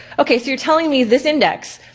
okay so you're telling me this index,